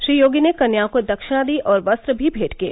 श्री योगी ने कन्याओं को दक्षिणा दी और वस्त्र भी भेंट किए